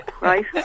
Right